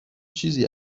چیزی